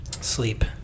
Sleep